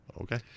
Okay